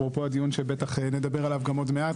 אפרופו הדיון שבטח נדבר עליו גם עוד מעט,